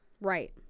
Right